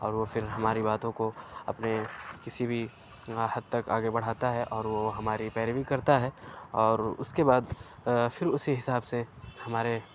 اور وہ پھر ہماری باتوں کو اپنے کسی بھی حد تک آگے بڑھاتا ہے اور وہ ہماری پیروی کرتا ہے اور اس کے بعد پھر اسی حساب سے ہمارے